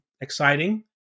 exciting